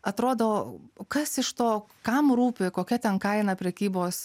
atrodo kas iš to kam rūpi kokia ten kaina prekybos